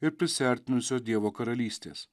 ir prisiartinusios dievo karalystės